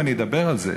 ואני אדבר על זה,